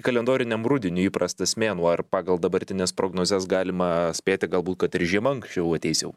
kalendoriniam rudeniui įprastas mėnuo ir pagal dabartines prognozes galima spėti galbūt kad ir žiema anksčiau ateis jau